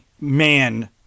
man